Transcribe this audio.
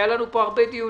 ערכנו על זה הרבה דיונים.